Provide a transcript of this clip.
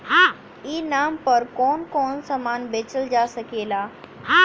ई नाम पर कौन कौन समान बेचल जा सकेला?